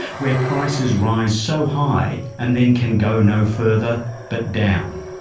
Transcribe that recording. where prices rise so high and then can go no further but down.